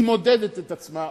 היא מודדת את עצמה,